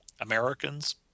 Americans